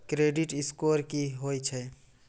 Credit score की होय छै?